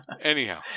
anyhow